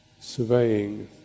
surveying